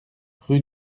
rue